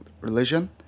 religion